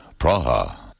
Praha